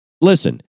Listen